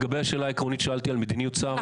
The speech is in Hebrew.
יש תשובה לגבי השאלה העקרונית ששאלתי על מדיניות שר?